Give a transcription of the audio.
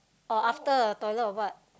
or after a toilet or what